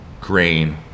grain